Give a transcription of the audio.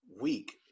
weak